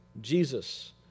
Jesus